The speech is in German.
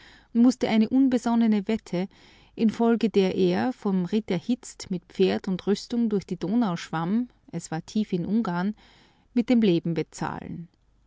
mußte eine unbesonnene wette infolge der er vom ritt erhitzt mit pferd und rüstung durch die donau schwamm es war tief in ungarn mit dem leben bezahlen